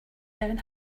down